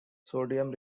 sodium